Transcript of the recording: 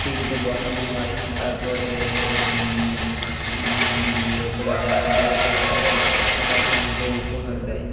পীড়িতে বসানো হয় তারপরে মা মানে লোকেরা যারা বিয়েতে যায় তারা কনেকে উপহার দেয়